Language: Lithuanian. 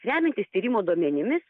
remiantis tyrimų duomenimis